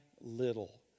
little